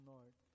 Lord